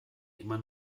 immer